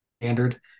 Standard